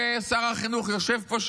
שר החינוך יושב פה,